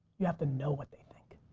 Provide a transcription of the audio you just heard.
you have to know what they think.